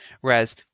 Whereas